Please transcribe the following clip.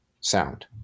sound